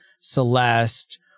Celeste